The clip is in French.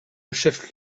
chef